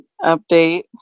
update